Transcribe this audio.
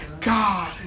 God